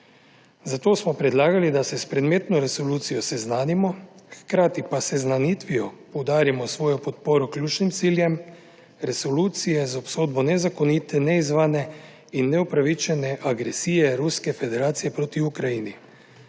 Zato smo predlagali, da se s predmetno resolucijo seznanimo, hkrati pa s seznanitvijo poudarimo svojo podporo ključnim ciljem resolucije z obsodbo nezakonite, neizzvane in neupravičene agresije Ruske federacije proti Ukrajini,